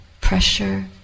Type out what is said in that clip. pressure